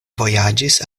vojaĝis